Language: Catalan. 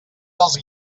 dels